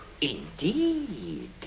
Indeed